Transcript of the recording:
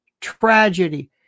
tragedy